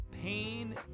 pain